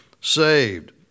saved